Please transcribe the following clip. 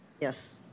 Yes